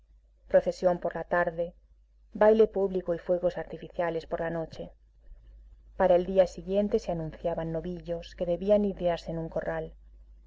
procesión por la tarde baile público y fuegos artificiales por la noche para el día siguiente se anunciaban novillos que debían lidiarse en un corral